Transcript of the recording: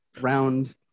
round